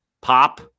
Pop